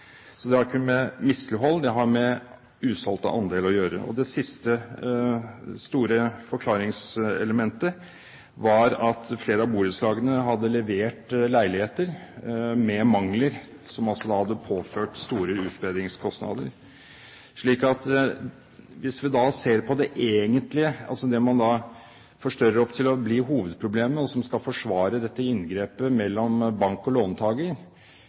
Så det har ikke med mislighold å gjøre, det har med usolgte andeler å gjøre. Det siste store forklaringselementet var at flere av borettslagene hadde levert leiligheter med mangler, som da hadde påført dem store utbedringskostnader. Så hvis vi da ser på det man forstørrer opp til å bli hovedproblemet, og som skal forsvare dette inngrepet i et forhold mellom bank og